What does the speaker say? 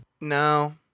No